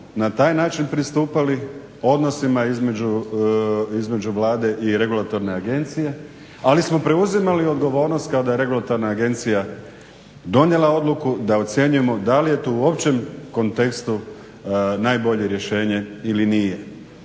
na taj način pristupali odnosima između Vlade i regulatorne agencije, ali smo preuzimali odgovornost kada je regulatorna agencija donijela odluku da ocjenjujemo da li je to u općem kontekstu najbolje rješenje ili nije.